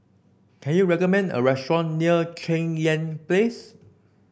can you recommend a restaurant near Cheng Yan Place